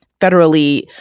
federally